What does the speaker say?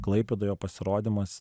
klaipėdoje pasirodymas